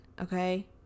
okay